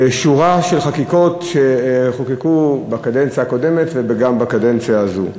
בשורה של חקיקות שחוקקו בקדנציה הקודמת וגם בקדנציה הזאת,